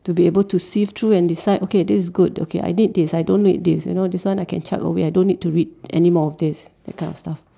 to be able to sift through and decide okay this is good okay I read this I don't read this you know this one I can chuck away I don't need to read anymore of this that kind of stuff